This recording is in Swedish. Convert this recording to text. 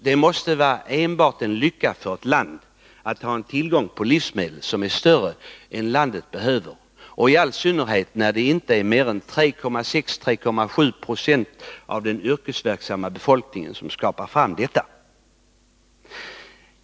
Det måste vara enbart en lycka för ett land att ha en tillgång på livsmedel som är större än vad landet behöver, i all synnerhet när det inte är mer än 3,6-3,7 Yo av den yrkesverksamma befolkningen som skapar detta.